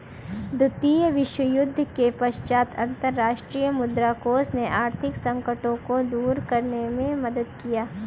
द्वितीय विश्वयुद्ध के पश्चात अंतर्राष्ट्रीय मुद्रा कोष ने आर्थिक संकटों को दूर करने में मदद किया